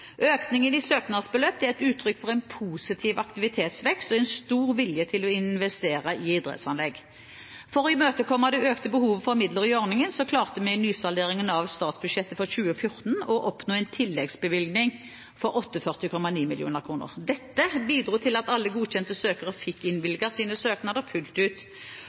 Økningen i søknadsbeløp er uttrykk for en positiv aktivitetsvekst og en stor vilje til å investere i idrettsanlegg. For å imøtekomme det økte behovet for midler i ordningen klarte vi i nysalderingen av statsbudsjettet for 2014 å oppnå en tilleggsbevilgning på 48,9 mill. kr. Dette bidro til at alle godkjente søkere fikk innvilget sine søknader fullt ut.